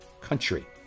country